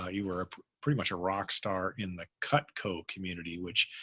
ah you were pretty much a rock star in the cutco community, which